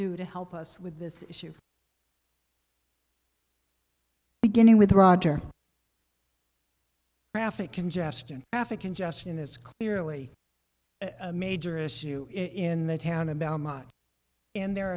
do to help us with this issue beginning with roger traffic congestion african gesture and it's clearly a major issue in the town about and there